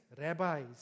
rabbis